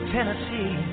Tennessee